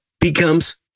becomes